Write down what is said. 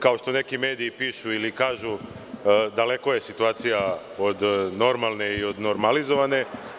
Kao što neki mediji pišu ili kažu, daleko je situacija od normalne i normalizovane.